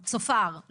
צופר,